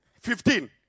fifteen